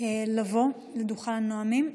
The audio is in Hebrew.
לבוא לדוכן הנואמים.